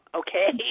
okay